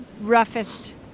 roughest